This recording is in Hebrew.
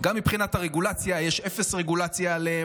גם מבחינת הרגולציה, יש אפס רגולציה עליהן.